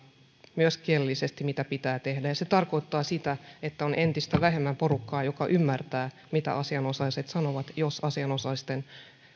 myös kielellisesti mitä pitää tehdä ja se tarkoittaa sitä että on entistä vähemmän porukkaa joka ymmärtää mitä asianosaiset sanovat jos asianosaisten